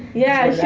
yeah,